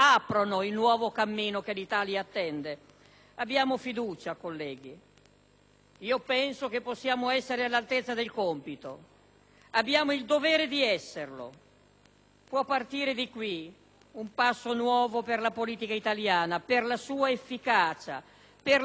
Penso che possiamo essere all'altezza del compito. Abbiamo il dovere di esserlo. Può partire di qui un passo nuovo per la politica italiana, per la sua efficacia, per la sua credibilità, per l'innalzamento del suo livello di confronto.